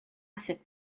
sut